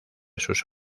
sus